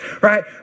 right